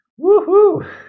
Woohoo